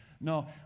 No